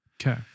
Okay